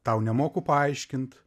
tau nemoku paaiškint